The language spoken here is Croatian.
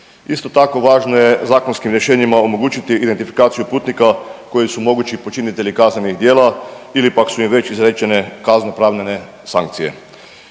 Isto tako važno je zakonskim rješenjima omogućiti identifikaciju putnika koji su mogući počinitelji kaznenih djela ili pak su im već izrečene kazno-pravne sankcije.